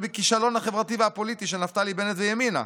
בכישלון החברתי והפוליטי של נפתלי בנט וימינה.